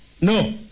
No